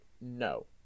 no